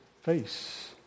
face